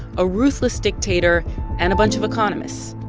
a ruthless dictator and a bunch of economists,